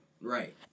right